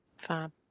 fab